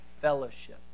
fellowship